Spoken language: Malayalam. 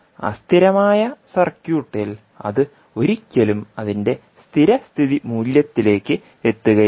ഇപ്പോൾ അസ്ഥിരമായ സർക്യൂട്ടിൽ അത് ഒരിക്കലും അതിന്റെ സ്ഥിരസ്ഥിതി മൂല്യത്തിലേക്ക് എത്തുകയില്ല